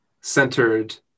centered